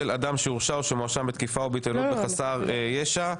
אדם שהורשע או שמואשם בתקיפה או בהתעללות בחסר ישע,